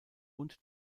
und